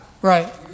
Right